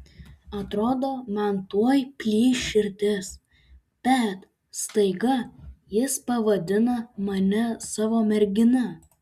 atrodo man tuoj plyš širdis bet staiga jis pavadina mane savo mergina